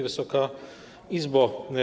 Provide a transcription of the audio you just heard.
Wysoka Izbo!